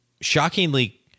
shockingly